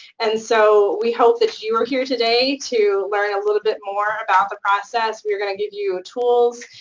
and so we hope that you are here today to learn a little bit more about the process. we are gonna give you tools